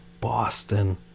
Boston